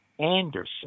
Anderson